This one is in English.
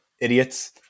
idiots